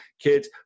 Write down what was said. kids